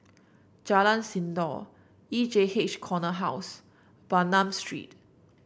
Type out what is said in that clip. Jalan Sindor E J H Corner House Bernam Street